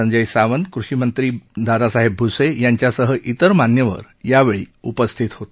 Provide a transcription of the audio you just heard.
संजय सावंत कृषी मंत्री दादासाहेब भूसे यांच्यासह इतर मान्यवर यावेळी उपस्थित होते